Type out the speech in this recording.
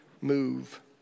move